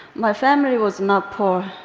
my family was not poor,